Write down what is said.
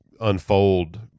unfold